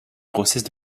grossesse